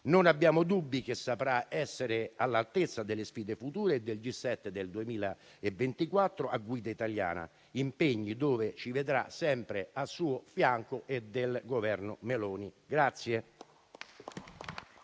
Non abbiamo dubbi che saprà essere all'altezza delle sfide future e del G7 del 2024 a guida italiana, impegni in cui ci vedrà sempre al suo fianco e a quello del Governo Meloni.